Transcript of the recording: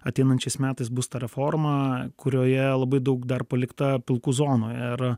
ateinančiais metais bus ta reforma kurioje labai daug dar palikta pilkų zonų era